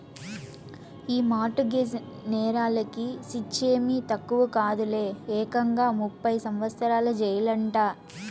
ఈ mortgage నేరాలకి శిచ్చేమీ తక్కువ కాదులే, ఏకంగా ముప్పై సంవత్సరాల జెయిలంట